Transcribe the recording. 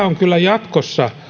on kyllä